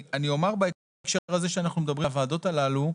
אני אומר בהקשר הזה כשאנחנו מדברים על הוועדות הללו,